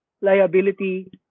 liability